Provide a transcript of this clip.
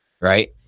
Right